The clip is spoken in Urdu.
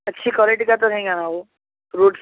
اچھی کوالٹی کا تو رہیں گا نا وہ فروٹس